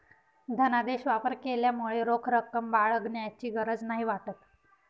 धनादेश वापर केल्यामुळे रोख रक्कम बाळगण्याची गरज नाही वाटत